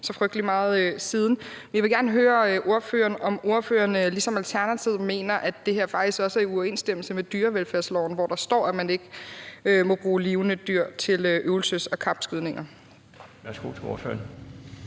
så frygtelig meget siden. Jeg vil gerne høre ordføreren, om ordføreren ligesom Alternativet mener, at det her faktisk også er i uoverensstemmelse med dyrevelfærdsloven, hvor der står, at man ikke må bruge levende dyr til øvelses- og kapskydninger. Kl. 15:40 Den